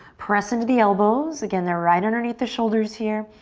press into the elbows, again, they're right underneath the shoulders here.